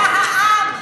צבא העם.